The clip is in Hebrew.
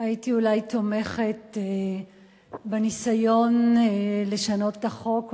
הייתי אולי תומכת בניסיון לשנות את החוק,